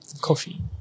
coffee